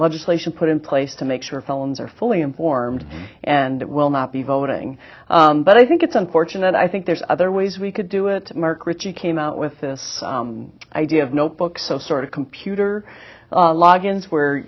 legislation put in place to make sure felons are fully informed and will not be voting but i think it's unfortunate i think there's other ways we could do it mark ritchie came out with this idea of notebooks so sort of computer